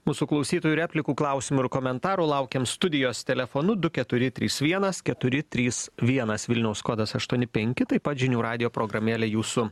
mūsų klausytojų replikų klausimų ir komentarų laukiam studijos telefonu du keturi trys vienas keturi trys vienas vilniaus kodas aštuoni penki taip pat žinių radijo programėlė jūsų